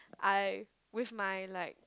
I with my like